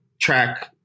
track